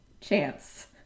chance